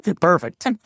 perfect